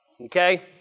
Okay